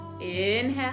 Inhale